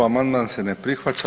Amandman se ne prihvaća.